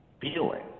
feeling